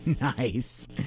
nice